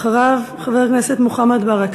אחריו, חבר הכנסת מוחמד ברכה.